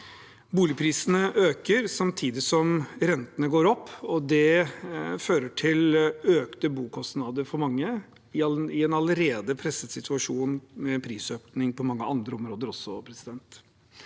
Boligprisene øker samtidig som rentene går opp, og det fører til økte bokostnader for mange i en allerede presset situasjon, med prisøkninger på mange andre områder også. Antallet